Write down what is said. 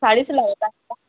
साडीच लावतात का